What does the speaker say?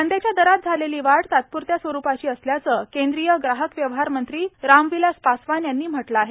कांदयाच्या दरात झालेली वाढ तात्पुरत्या स्वरुपाची असल्याचं केंद्रीय ग्राहकव्यवहार मंत्री रामविलास पासवान यांनी म्हटलं आहे